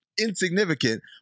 insignificant